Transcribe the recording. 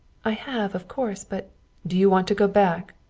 i have, of course, but do you want to go back?